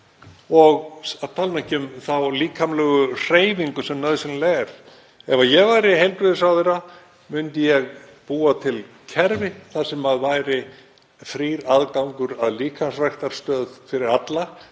ég tala nú ekki um þá líkamlegu hreyfingu sem nauðsynleg er — ef ég væri heilbrigðisráðherra myndi ég búa til kerfi þar sem væri frír aðgangur að líkamsræktarstöð fyrir alla.